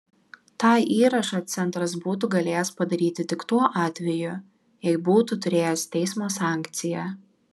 tą įrašą centras būtų galėjęs padaryti tik tuo atveju jei būtų turėjęs teismo sankciją